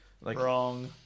Wrong